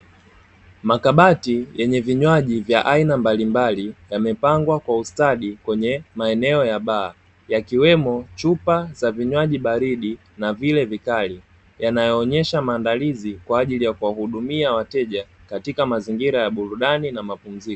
Makabati yenye vinywaji vya aina mbalimbali yamepangwa kwa ustadi kwenye maeneo ya baa yakiwemo chupa za vinywaji baridi na vile vikali yanayoonyesha maandalizi kwa ajili ya kuwahudumia wateja katika mazingira ya burudani na mapumziko.